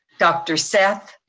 dr. seth,